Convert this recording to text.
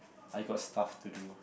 I got stuff to do